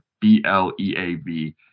B-L-E-A-V